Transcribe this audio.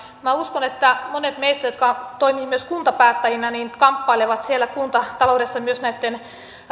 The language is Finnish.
minä uskon että monet meistä jotka toimivat myös kuntapäättäjinä kamppailevat siellä kuntataloudessa myös näitten